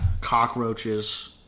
Cockroaches